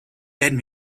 werden